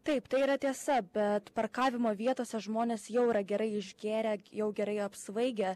taip tai yra tiesa bet parkavimo vietose žmonės jau yra gerai išgėrę jau gerai apsvaigę